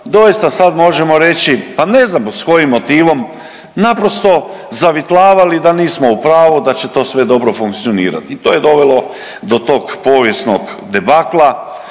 doista sad možemo reći, pa ne znam sa kojim motivom naprosto zavitlavali da nismo u pravu, da će to sve dobro funkcionirati. I to je dovelo do tog povijesnog debakla